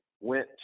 went